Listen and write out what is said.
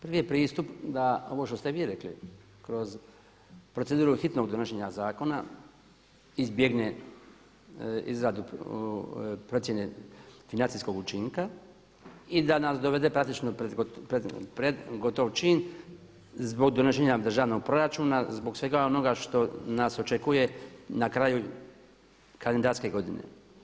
Prvi je pristup da ovo što ste vi rekli kroz proceduru hitnog donošenja zakona izbjegne izradu procjene financijskog učinka i da nas dovede praktično pred gotov čin zbog donošenja državnog proračuna, zbog svega onoga što nas očekuje na kraju kalendarske godine.